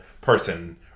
person